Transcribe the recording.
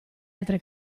altre